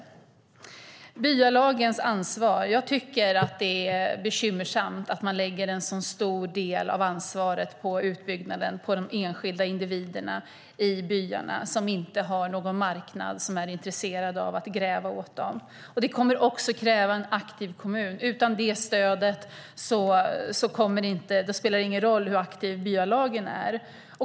När det gäller byalagens ansvar tycker jag att det är bekymmersamt att man lägger en så stor del av ansvaret för utbyggnaden på de enskilda individerna i byarna där det inte finns någon marknad som är intresserad av att gräva åt dem. Det kommer också att kräva en aktiv kommun. Utan det stödet spelar det ingen roll hur aktiva byalagen är.